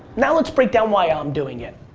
now let's break down why i'm doing it.